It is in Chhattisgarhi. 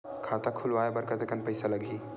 खाता खुलवाय बर कतेकन पईसा लगही?